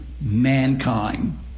mankind